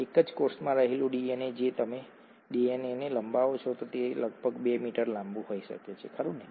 એક જ કોષમાં રહેલું ડીએનએ જો તમે ડીએનએને લંબાવો છો તો તે લગભગ 2 મીટર લાંબું હોઈ શકે છે ખરું ને